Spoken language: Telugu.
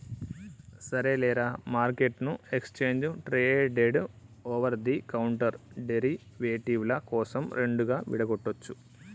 సరేలేరా, మార్కెట్ను exchange traded over the counter derivative ల కోసం రెండుగా విడగొట్టొచ్చు